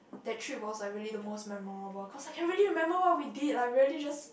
that trip was like really the most memorable cause I can really remember what we did like really just